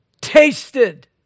tasted